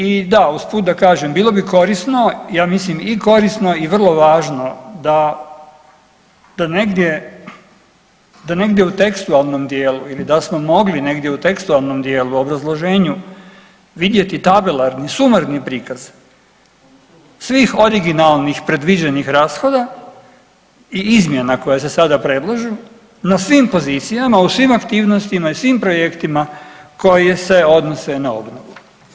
I da uz put da kažem, bilo bi korisno, ja mislim i korisno i vrlo važno da negdje u tekstualnom dijelu ili da smo mogli negdje u tekstualnom dijelu u obrazloženju vidjeti tabelarni sumarni prikaz svih originalnih predviđenih rashoda i izmjena koje se sada predlažu na svim pozicijama u svim aktivnostima i svim projektima koji se odnose na obnovu.